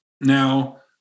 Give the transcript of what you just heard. Now